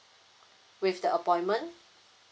with the appointment